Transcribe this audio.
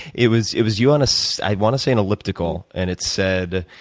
it was it was you on a so i want to say an elliptical, and it said,